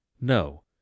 No